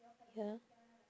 ya